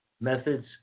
methods